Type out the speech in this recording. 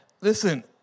Listen